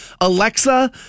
Alexa